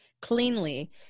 cleanly